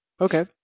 Okay